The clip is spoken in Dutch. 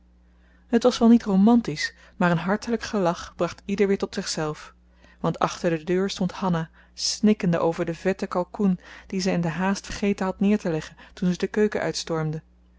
het was wel niet romantisch maar een hartelijk gelach bracht ieder weer tot zichzelf want achter de deur stond hanna snikkende over den vetten kalkoen dien zij in de haast vergeten had neer te leggen toen zij de keuken uitstormde